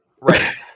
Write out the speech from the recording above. right